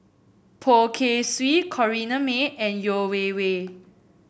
Poh Kay Swee Corrinne May and Yeo Wei Wei